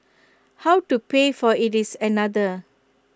how to pay for IT is another